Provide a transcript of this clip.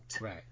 Right